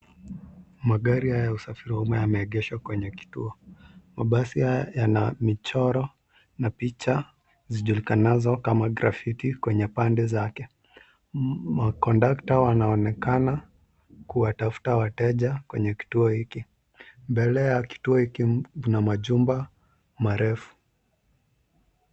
Magari haya ya usafiri wa umma yameegeshwa kwenye kituo. Mabasi haya yana michoro na picha zijulikanazo kama gravity kwenye pande zake. Kondakta wanaonekana kuwatafuta wateja kwenye kituo hiki. Mbele ya kituo hikli kina machumba marefu.